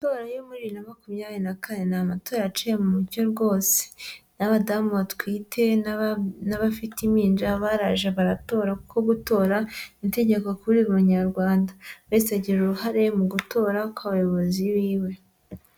Amatora yo muri bibiri na makumyabiri na kane; ni amatora yaciye mu mucyo rwose n'abadamu batwite n'abafite impinja baraje baratora kuko gutora ni itegeko kuri buri munyarwanda; buriwese agira uruhare mu gutora kw'abayobozi biwe.